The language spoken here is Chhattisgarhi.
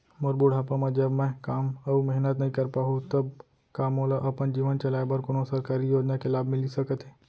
मोर बुढ़ापा मा जब मैं काम अऊ मेहनत नई कर पाहू तब का मोला अपन जीवन चलाए बर कोनो सरकारी योजना के लाभ मिलिस सकत हे?